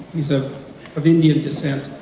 he's ah of indian decent,